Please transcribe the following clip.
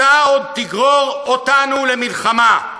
אתה עוד תגרור אותנו למלחמה.